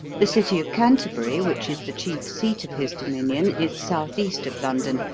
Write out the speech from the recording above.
the city of canterbury, which is the chief seat of his dominion, is southeast of london,